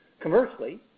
Conversely